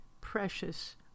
precious